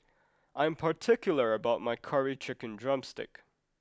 I am particular about my Curry Chicken Drumstick